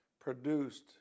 produced